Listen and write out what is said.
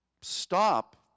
stop